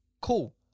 Cool